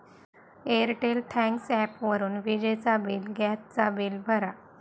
Airtel thanks ॲपवरून विजेचा bill, gas चा बिल भरा